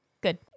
Good